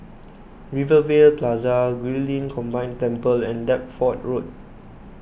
Rivervale Plaza Guilin Combined Temple and Deptford Road